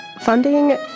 funding